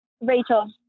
Rachel